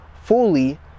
fully